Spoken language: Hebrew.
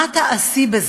מה תעשי בזה?